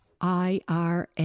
IRA